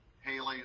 Haley